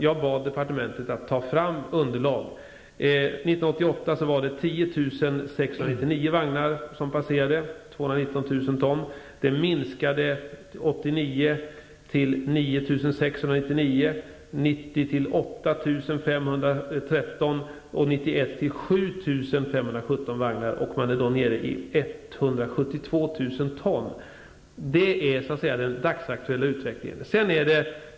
Jag bad departementet att ta fram underlag, och det visade sig att det 1988 passerade 1991 till 7 517, då man var nere på 172 000 ton. Det är den dagsaktuella utvecklingen.